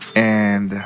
and